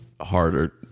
harder